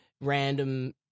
random